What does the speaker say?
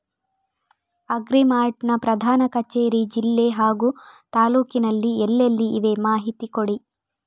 Agri mart ನ ಪ್ರಧಾನ ಕಚೇರಿ ಜಿಲ್ಲೆ ಹಾಗೂ ತಾಲೂಕಿನಲ್ಲಿ ಎಲ್ಲೆಲ್ಲಿ ಇವೆ ಮಾಹಿತಿ ಕೊಡಿ?